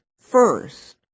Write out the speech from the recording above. first